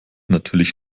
natürlich